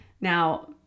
Now